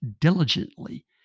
diligently